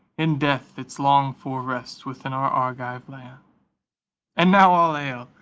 in death, its longed-for rest within our argive land and now all hail,